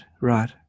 right